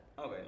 okay